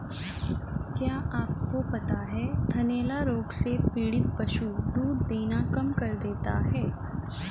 क्या आपको पता है थनैला रोग से पीड़ित पशु दूध देना कम कर देता है?